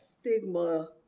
stigma